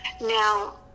now